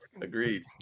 Agreed